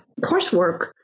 coursework